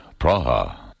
Praha